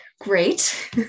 great